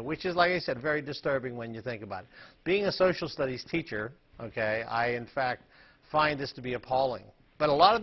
which is like i said very disturbing when you think about being a social studies teacher ok i in fact find this to be appalling but a lot of